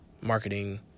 marketing